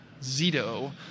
Zito